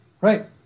right